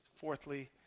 fourthly